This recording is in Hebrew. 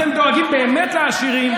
אתם דואגים באמת לעשירים,